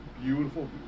beautiful